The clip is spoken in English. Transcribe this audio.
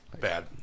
Bad